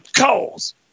cause